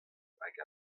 hag